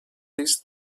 these